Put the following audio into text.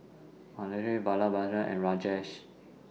Mahade Vallabhbhai and Rajesh